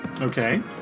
Okay